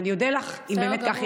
ואני אודה לך אם באמת כך ייעשה.